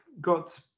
got